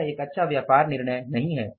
यह एक अच्छा व्यापार निर्णय नहीं है